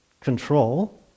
control